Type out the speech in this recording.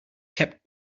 kept